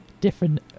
different